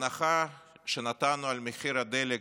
ההנחה שנתנו על מחיר הדלק